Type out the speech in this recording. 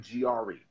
GRE